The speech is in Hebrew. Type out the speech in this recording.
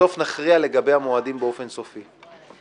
בסוף נכריע לגבי המועדים באופן סופי.